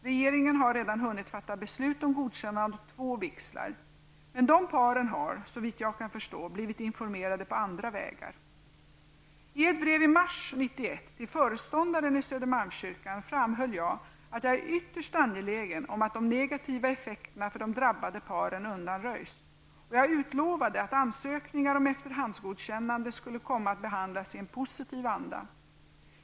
Regeringen har redan hunnit fattat beslut om godkännande av två vigslar. Men de paren har, såvitt jag kan förstå, blivit informerade på andra vägar. Södermalmskyrkan framhöll jag att jag är ytterst angelägen om att de negativa effekterna för de drabbade paren undanröjs, och jag utlovade att ansökningar om efterhandsgodkännande skulle komma att behandlas i en positiv anda.